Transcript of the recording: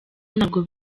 ntabwo